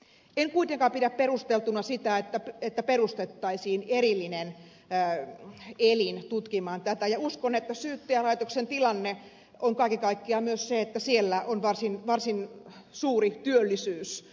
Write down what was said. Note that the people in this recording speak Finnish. en kuitenkaan pidä perusteltuna sitä että perustettaisiin erillinen elin tutkimaan tätä ja uskon että syyttäjälaitoksen tilanne on kaiken kaikkiaan myös se että siellä on varsin suuri työllisyys